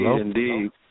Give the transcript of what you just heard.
Indeed